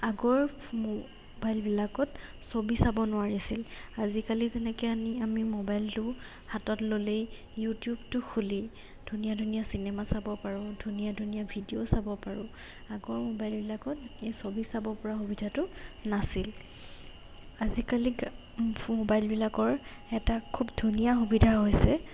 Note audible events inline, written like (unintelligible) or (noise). আগৰ মোবাইলবিলাকত ছবি চাব নোৱাৰিছিল আজিকালি যেনেকৈ আনি আমি মোবাইলটো হাতত ল'লেই ইউটিউবটো খুলি ধুনীয়া ধুনীয়া চিনেমা চাব পাৰোঁ ধুনীয়া ধুনীয়া ভিডিঅ' চাব পাৰোঁ আগৰ মোবাইলবিলাকত এই ছবি চাব পৰা সুবিধাটো নাছিল আজিকালি (unintelligible) মোবাইলবিলাকৰ এটা খুব ধুনীয়া সুবিধা হৈছে